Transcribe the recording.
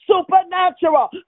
Supernatural